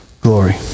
glory